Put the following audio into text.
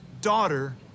daughter